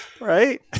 Right